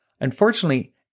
Unfortunately